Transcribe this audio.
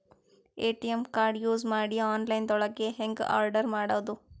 ATM card use ಮಾಡಿ online ದೊಳಗೆ ಹೆಂಗ್ ಆರ್ಡರ್ ಮಾಡುದು?